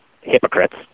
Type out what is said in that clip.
hypocrites